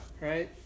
right